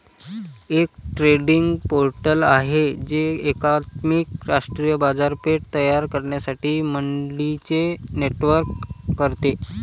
एक trading portal आहे जे एकात्मिक राष्ट्रीय बाजारपेठ तयार करण्यासाठी मंडईंचे नेटवर्क करते